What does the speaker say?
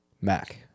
mac